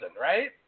right